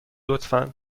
لطفا